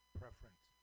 preference